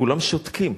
וכולם שותקים,